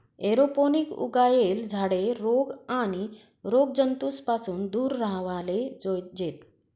aeroponic उगायेल झाडे रोग आणि रोगजंतूस पासून दूर राव्हाले जोयजेत